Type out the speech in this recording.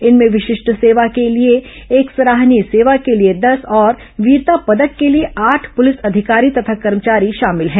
इनमें विशिष्ट सेवा के लिए एक सराहनीय सेवा के लिए दस और वीरता पदक के लिए आठ पुलिस अधिकारी तथा कर्मचारी शामिल हैं